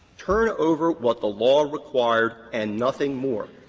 turn over what the law required and nothing more.